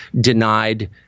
denied